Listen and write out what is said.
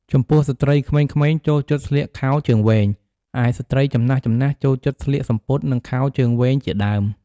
ចំពោះស្រ្ដីក្មេងៗចូលចិត្តស្លៀកខោជើងវែង ឯស្រ្តីចំណាស់ៗចូលចិត្តស្លៀកសំពត់ និងខោជើងវែងជាដើម។